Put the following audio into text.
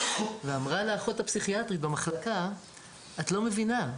ואמרה לאחות הפסיכיאטרית במחלקה "את לא מבינה,